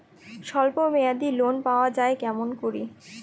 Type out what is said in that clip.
স্বল্প মেয়াদি লোন পাওয়া যায় কেমন করি?